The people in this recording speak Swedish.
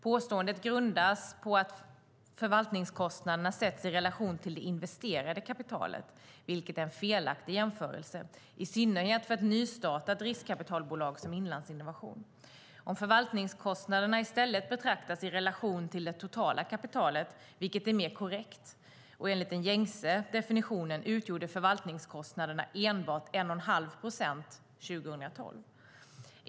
Påståendet grundas på att förvaltningskostnaderna sätts i relation till det investerade kapitalet, vilket är en felaktig jämförelse, i synnerhet för ett nystartat riskkapitalbolag som Inlandsinnovation. Om förvaltningskostnaderna i stället betraktas i relation till det totala kapitalet, vilket är mer korrekt och enligt den gängse definitionen, utgjorde förvaltningskostnaderna enbart 1,5 procent 2012.